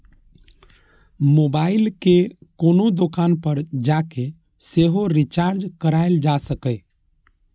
mobile कें कोनो दोकान पर जाके सेहो रिचार्ज कराएल जा सकैए